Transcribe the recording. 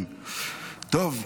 טוב,